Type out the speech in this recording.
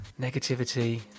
Negativity